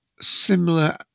similar